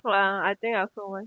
!wah! I think I also want